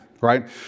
right